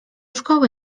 szkoły